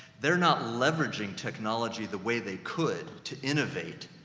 they're not leveraging technology the way they could to innovate,